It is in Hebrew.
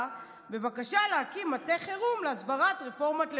בבקשה להקים מטה חירום להסברת רפורמת לוין.